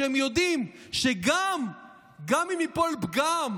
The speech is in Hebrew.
כשהם יודעים שגם אם ייפול פגם,